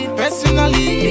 personally